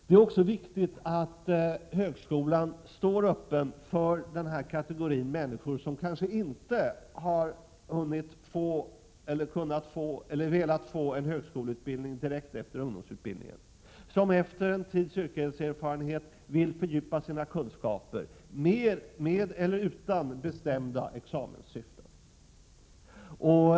Det är också viktigt att högskolan står öppen för den kategori av människor som inte hunnit, kunnat eller velat få en högskoleutbildning direkt efter ungdomsutbildningen men som efter en tids yrkeserfarenhet vill fördjupa sina kunskaper med eller utan bestämda examenssyften.